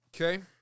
Okay